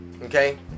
Okay